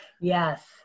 Yes